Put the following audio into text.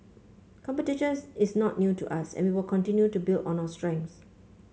competitions is not new to us and we will continue to build on our strengths